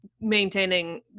maintaining